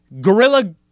guerrilla